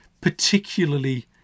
particularly